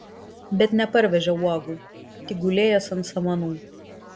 bet neparvežė uogų tik gulėjęs ant samanų